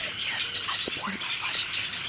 ah yes, i supported by watching this,